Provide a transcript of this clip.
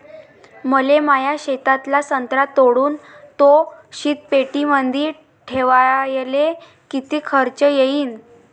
मले माया शेतातला संत्रा तोडून तो शीतपेटीमंदी ठेवायले किती खर्च येईन?